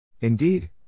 Indeed